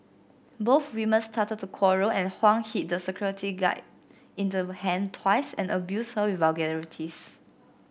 both women started to quarrel and Huang hit the security guy in the hand twice and abused her with vulgarities